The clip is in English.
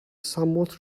somewhat